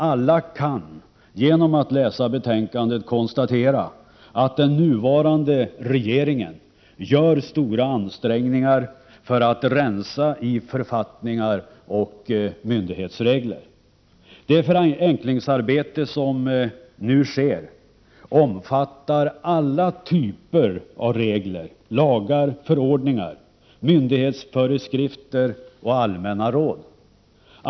Alla kan, genom att läsa betänkandet, konstatera att den nuvarande regeringen gör stora ansträngningar för att rensa i författningar och myndighetsregler. Det förenklingsarbete som nu sker omfattar alla typer av regler, lagar, förordningar, myndighetsföreskrifter och allmänna råd.